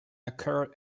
occur